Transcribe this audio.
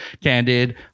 Candid